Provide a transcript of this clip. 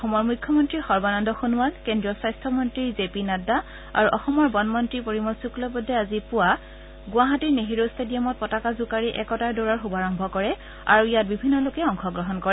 অসমৰ মুখ্যমন্ত্ৰী সৰ্বানন্দ সোণোৱাল কেন্দ্ৰীয় স্বাস্থ্য মন্ত্ৰী জে পি নাড্ডা আৰু অসমৰ বনমন্ত্ৰী পৰিমল শুক্লবৈদ্যই আজি পুৱা গুৱাহাটীৰ নেহৰু ষ্টেডিয়ামত পতাকা জোকাৰি একতাৰ দৌৰৰ শুভাৰম্ভ কৰে আৰু ইয়াত বিভিন্ন লোকে অংশগ্ৰহণ কৰে